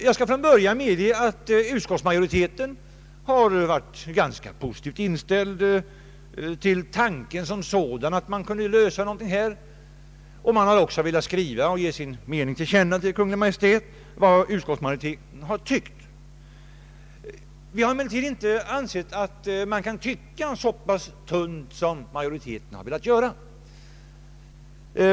Jag skall från början medge att utskottsmajoriteten har varit ganska positivt inställd till själva tanken att åstadkomma en lösning i detta sammanhang. Majoriteten har också velat ge sin mening till känna till Kungl. Maj:t. Vi har emellertid inte ansett att man kan ge uttryck för en så pass tunn uppfattning som majoriteten vill göra.